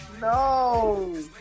No